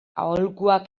aholkuak